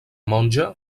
monja